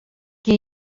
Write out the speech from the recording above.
qui